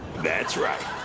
that's right.